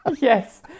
Yes